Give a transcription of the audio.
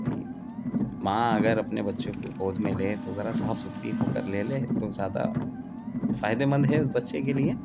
بھائی ماں اگر اپنے بچوں کو گود میں لے تو ذرا صاف ستھری ہو کر لے لے تو زیادہ فائدہ مند ہے اس بچے کے لیے